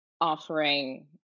offering